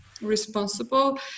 responsible